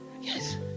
yes